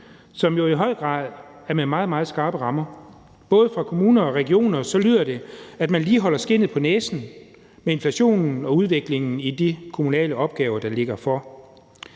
jo i høj grad har meget, meget skarpe rammer, lyder det fra både kommuner og regioner, at man lige holder skindet på næsen i forhold til inflationen og udviklingen i de kommunale opgaver, der ligger for.